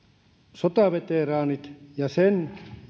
sotaveteraanit ja sen